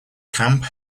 camp